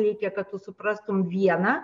reikia kad tu suprastum vieną